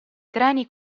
treni